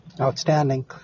Outstanding